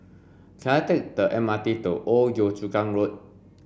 can I take the M R T to Old Yio Chu Kang Road